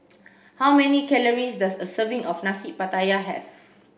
how many calories does a serving of Nasi Pattaya have